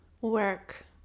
work